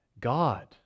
God